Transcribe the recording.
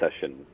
session